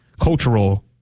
cultural